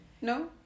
no